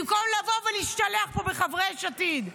במקום לבוא ולהשתלח פה בחברי יש עתיד.